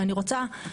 ואני רוצה,